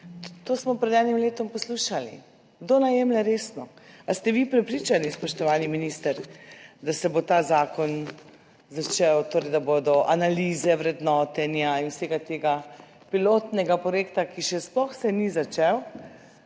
To smo pred enim letom poslušali. Kdo naj vas jemlje resno? Ali ste vi prepričani, spoštovani minister, da se bo ta zakon začel, torej da bodo analize vrednotenja in vsega tega pilotnega projekta, ki se še sploh ni začel,